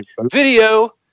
video